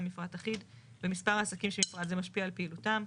מפרט אחיד ומספר העסקים שמפרט זה משפיע על פעילותם.